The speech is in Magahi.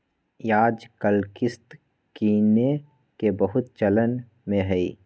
याजकाल किस्त किनेके बहुते चलन में हइ